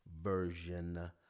version